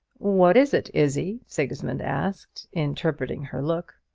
what is it, izzie? sigismund asked, interpreting her look.